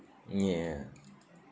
ya